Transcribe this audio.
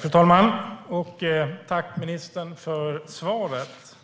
Fru talman! Tack, ministern, för svaret!